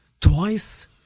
twice